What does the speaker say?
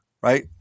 right